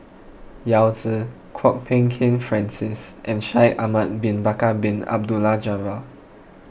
Yao Zi Kwok Peng Kin Francis and Shaikh Ahmad Bin Bakar Bin Abdullah Jabbar